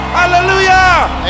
hallelujah